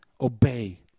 obey